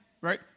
right